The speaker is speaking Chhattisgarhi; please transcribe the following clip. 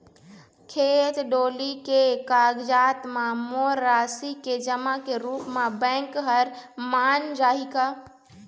खेत डोली के कागजात म मोर राशि के जमा के रूप म बैंक हर मान जाही का?